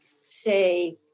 say